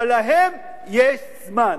אבל להם יש זמן.